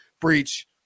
breach